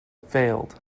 failed